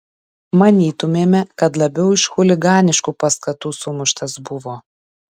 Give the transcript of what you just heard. manytumėme kad labiau iš chuliganiškų paskatų sumuštas buvo